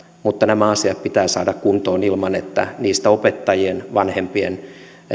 mutta nämä asiat pitää saada kuntoon ilman että niistä opettajien vanhempien